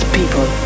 people